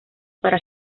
para